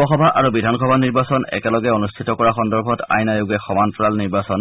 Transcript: লোকসভা আৰু বিধানসভা নিৰ্বাচন একেলগে অনুষ্ঠিত কৰা সন্দৰ্ভত আইন আয়োগে সমান্তৰাল নিৰ্বাচন